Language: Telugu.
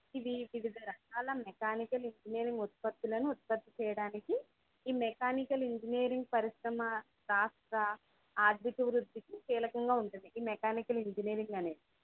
ఇవి వివిధ రకాల మెకానికల్ ఇంజినీరింగ్ ఉత్పత్తులను ఉత్పత్తి చేయడానికి ఈ మెకానికల్ ఇంజినీరింగ్ పరిశ్రమ రాష్ట్ర ఆర్ధిక వృద్ధికి కీలకంగా ఉంటుంది ఇది మెకానికల్ ఇంజినీరింగ్ అనేది